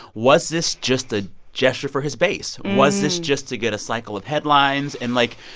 was this just a gesture for his base? was this just to get a cycle of headlines? and, like,